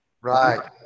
Right